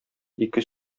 ике